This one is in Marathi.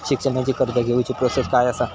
शिक्षणाची कर्ज घेऊची प्रोसेस काय असा?